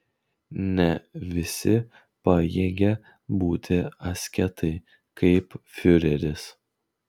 ne visi pajėgia būti asketai kaip fiureris